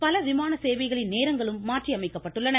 பல விமான சேவைகளின் நேரங்கள் மாற்றியமைக்கப்பட்டுள்ளன